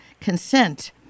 consent